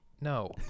No